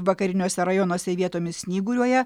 vakariniuose rajonuose vietomis snyguriuoja